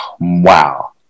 wow